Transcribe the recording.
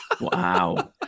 Wow